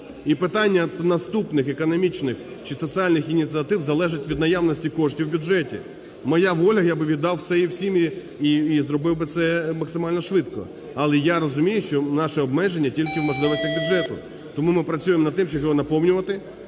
І питання наступних економічних чи соціальних ініціатив залежить від наявності коштів в бюджеті. Моя воля – я би віддав все і всім, і зробив би це максимально швидко. Але я розумію, що наше обмеження тільки в можливостях бюджету, тому ми працюємо над тим, щоб його наповнювати.